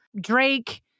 Drake